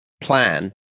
plan